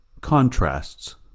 CONTRASTS